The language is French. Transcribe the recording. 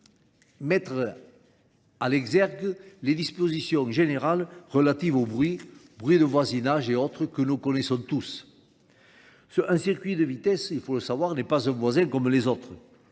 mettre à l'exergue les dispositions générales relatives aux bruits de voisinage et autres que nous connaissons tous. Un circuit de vitesse, il faut le savoir, n'est pas un voisin comme les autres.